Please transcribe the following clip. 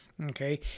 Okay